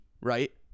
right